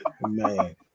Man